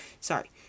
sorry